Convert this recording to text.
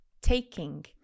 taking